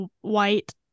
white